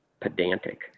pedantic